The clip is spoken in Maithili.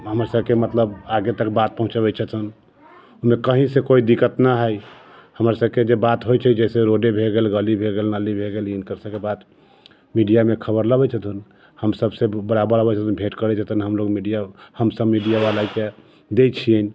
हमर सभके मतलब आगे तक बात पहुँचबे छथिन कहीँ से कोइ दिक्कत न है हमर सभके जे बात होइ छै जइसे रोडे भए गेल गली भए गेल नाली भए गेल हिनकर सभके बात मीडियामे खबर लबैत हेथिन हम सभ से बराबर अबै छथिन भेँट करै छथिन हम लोग मीडिया हम सभ मीडिया वालाके दै छियनि